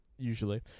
usually